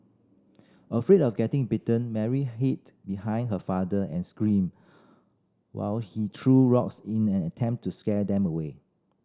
afraid of getting bitten Mary hid behind her father and screamed while he threw rocks in an attempt to scare them away